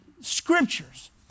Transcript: scriptures